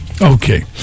Okay